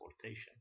transportation